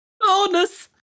Bonus